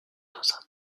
dans